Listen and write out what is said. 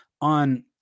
on